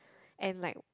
and like